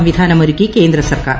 സംവിധാനമൊരുക്കി കേന്ദ്രസർക്കാർ